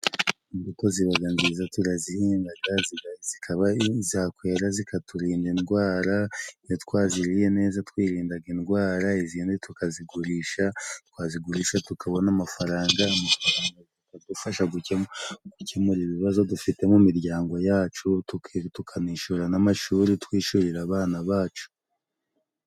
Imbuto zibaga nziza turazihingaga zikaba zakwera zikaturinda indwara. Iyo twaziriye neza twirindaga indwara, izindi tukazigurisha, twazigurisha tukabona amafaranga adufasha gukemura ibibazo dufite mu miryango yacu, tukanishura n'amashuri twishurira abana bacu.